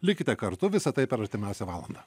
likite kartu visa tai per artimiausią valandą